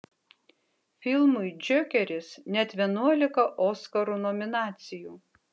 filmui džokeris net vienuolika oskarų nominacijų